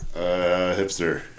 hipster